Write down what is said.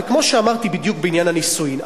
וכמו שאמרתי בדיוק בעניין הנישואין,